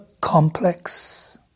complex